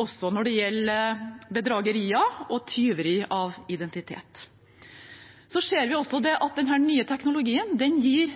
også når det gjelder bedragerier og tyveri av identitet. Vi ser også at den nye teknologien gir